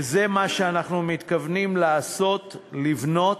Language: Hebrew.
וזה מה שאנחנו מתכוונים לעשות: לבנות,